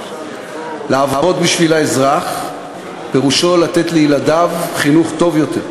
לעבוד בשביל האזרח פירושו לתת לילדיו חינוך טוב יותר,